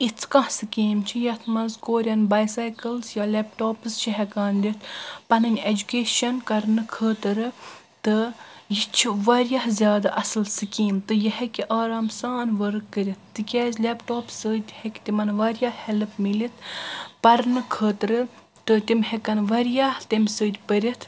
یِژھ کانٛہہ سکیٖم چھِ یتھ منٛز کوریَن بایسایکل یا لیٚپ ٹاپٕس چھِ ہٮ۪کان دِتھ پنٕنۍ اٮ۪جوٗکیشن کرنہٕ خٲطرٕ تہٕ یہِ چھِ واریاہ زیادٕ اصل سکیٖم تہٕ یہِ ہیٚکہِ آرام سان ؤرٕک کٔرتھ تِکیٛازِ لٮ۪پ ٹاپ سۭتۍ ہیٚکہِ تِمن واریاہ ہٮ۪لٕپ مِلِتھ پرنہٕ خٲطرٕ تہٕ تِم ہٮ۪کن واریاہ تمہِ سۭتۍ پٔرِتھ